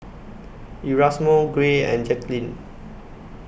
Erasmo Gray and Jacquline